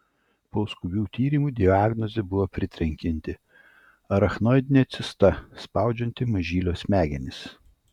po skubių tyrimų diagnozė buvo pritrenkianti arachnoidinė cista spaudžianti mažylio smegenis